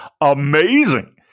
amazing